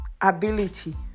ability